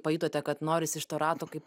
pajutote kad norisi iš to rato kaip